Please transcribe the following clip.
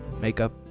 makeup